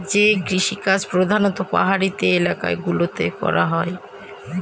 যে কৃষিকাজ প্রধানত পাহাড়ি এলাকা গুলোতে করা হয়